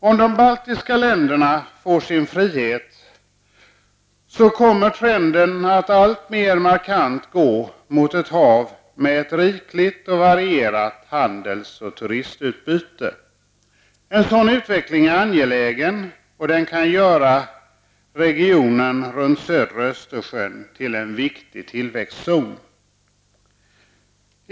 Om de baltiska länderna får sin frihet, kommer trenden alltmer markant att gå mot ett hav med ett rikligt varierat handels och turistutbyte. En sådan utveckling är angelägen, och den kan göra regionen runt södra Östersjön till en viktig tillväxtzon.